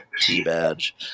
t-badge